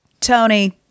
Tony